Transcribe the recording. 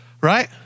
Right